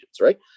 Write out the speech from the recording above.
right